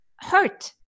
hurt